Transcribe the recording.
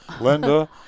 Linda